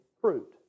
fruit